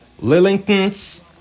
Lillington's